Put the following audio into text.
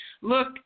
look